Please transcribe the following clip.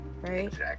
right